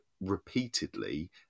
repeatedly